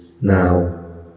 Now